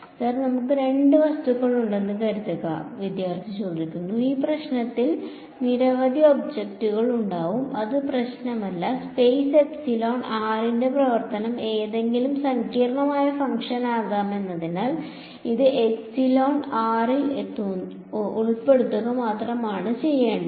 വിദ്യാർത്ഥി സർ നമുക്ക് രണ്ട് വസ്തുക്കൾ ഉണ്ടെന്ന് കരുതുക ഈ പ്രശ്നത്തിൽ നിരവധി ഒബ്ജക്റ്റുകൾ ഉണ്ടാകാം അത് പ്രശ്നമല്ല സ്പേസ് എപ്സിലോൺ ആറിന്റെ പ്രവർത്തനം ഏതെങ്കിലും സങ്കീർണ്ണമായ ഫംഗ്ഷൻ ആകാമെന്നതിനാൽ അത് എപ്സിലോൺ ആറിൽ ഉൾപ്പെടുത്തുക മാത്രമാണ് ഞാൻ ചെയ്യേണ്ടത്